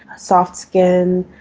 soft skin,